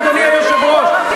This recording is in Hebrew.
אדוני היושב-ראש,